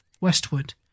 westward